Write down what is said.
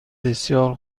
بسیار